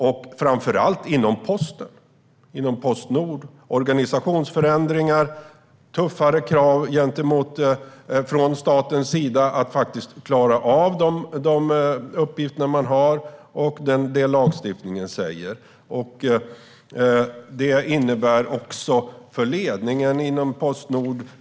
Det handlar framför allt om organisationsförändringar inom Postnord, tuffare krav från statens sida att klara av uppgifterna och det lagstiftningen säger. Det innebär säkerligen tuffa tag för ledningen inom Postnord.